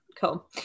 cool